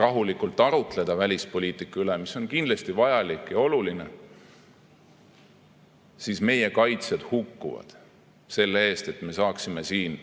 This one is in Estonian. rahulikult arutleda välispoliitika üle – see on kindlasti vajalik ja oluline –, meie kaitsjad hukkuvad selle eest, et me saaksime siin